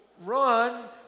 run